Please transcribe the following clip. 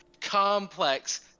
complex